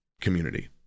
community